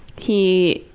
he